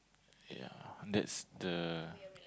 ya that's the